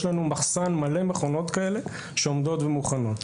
יש לנו מחסן מלא מכונות כאלה שעומדות ומוכנות.